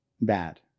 bad